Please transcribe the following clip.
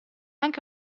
anche